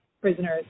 prisoners